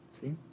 See